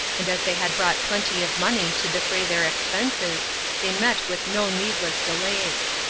and as they had brought plenty of money to defray their expenses they met with no needless delays.